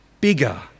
bigger